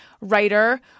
writer